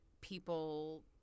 people